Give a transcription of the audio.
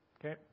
Okay